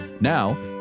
Now